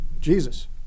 Jesus